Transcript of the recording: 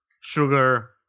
sugar